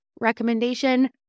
recommendation